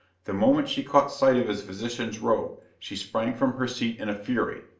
the moment she caught sight of his physician's robe, she sprang from her seat in a fury,